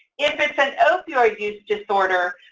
if it's an opioid use disorder,